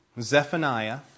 Zephaniah